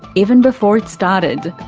even before it started.